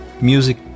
music